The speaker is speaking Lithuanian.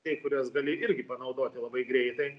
kai kurias gali irgi panaudoti labai greitai